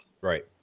Right